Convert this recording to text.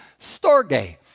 Storge